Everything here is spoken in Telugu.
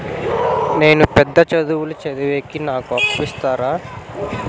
నేను పెద్ద చదువులు చదివేకి నాకు అప్పు ఇస్తారా